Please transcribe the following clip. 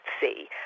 see